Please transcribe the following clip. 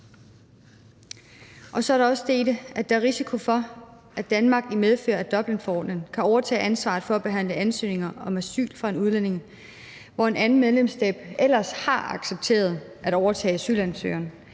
Så er der også det i det, at der er risiko for, at Danmark i medfør af Dublinforordningen kan overtage ansvaret for at behandle en ansøgning om asyl fra en udlænding, hvor en anden medlemsstat ellers har accepteret at overtage asylansøgeren,